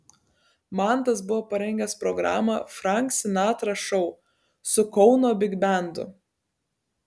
mantas buvo parengęs programą frank sinatra šou su kauno bigbendu